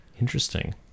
Interesting